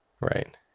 Right